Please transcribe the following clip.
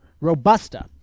Robusta